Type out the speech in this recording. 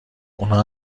اونا